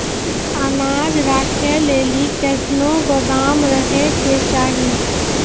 अनाज राखै लेली कैसनौ गोदाम रहै के चाही?